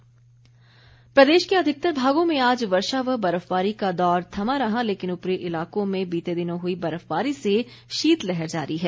मौसम प्रदेश के अधिकतर भागों में आज वर्षा व बर्फबारी का दौर थमा रहा लेकिन ऊपरी इलाकों में बीते दिनों हुई बर्फबारी से शीतलहर जारी है